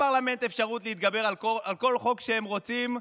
אין לפרלמנט אפשרות להתגבר על כל חוק שהם רוצים,